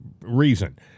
reason